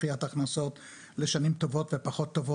דחיית הכנסות לשנים טובות ופחות טובות.